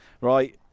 right